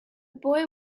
boy